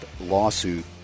lawsuit